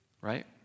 Right